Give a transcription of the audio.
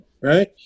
Right